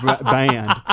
band